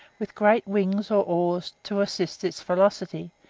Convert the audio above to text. with great wings or oars to assist its velocity,